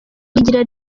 rigira